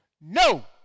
no